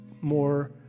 more